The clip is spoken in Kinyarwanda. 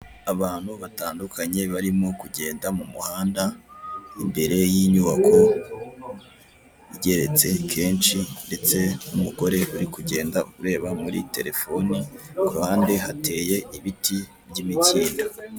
Abantu batandunkanye barimo kugenda mu muhanda imbere y'inyubako igeretse kenshi ndetse n'umugore uri kugenda areba muri telefone, ku ruhande hateye ibiti by'imikindo.